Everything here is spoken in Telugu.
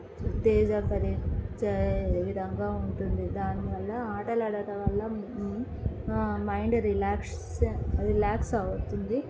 ఉత్తేజ పరిచే విధంగా ఉంటుంది దానివల్ల ఆటలు ఆడటం వల్ల మైండ్ రిలాక్స్ రిలాక్స్ అవుతుంది